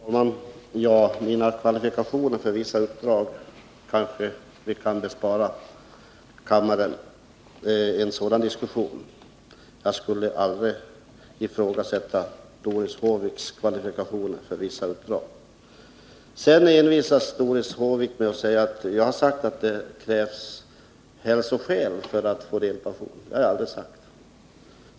Herr talman! Mina kvalifikationer för vissa uppdrag kanske vi kan bespara kammaren en diskussion om. Jag skulle aldrig ifrågasätta Doris Håviks kvalifikationer för vissa uppdrag. Doris Håvik envisas med att hävda att jag sagt att det krävs hälsoskäl föratt få delpension, men det har jag aldrig sagt.